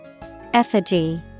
effigy